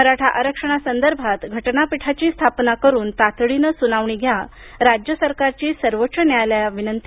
मराठा आरक्षणासंदर्भात घटनापिठाची स्थापना करून तातडीनं सुनावणी घ्या राज्य सरकारची सर्वोच्च न्यायालयाला विनंती